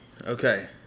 Okay